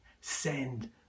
send